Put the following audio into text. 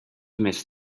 més